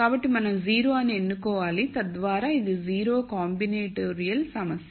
కాబట్టి మనం 0 అని ఎన్నుకోవాలి తద్వారా ఇది 0 కాంబినేటోరియల్ సమస్య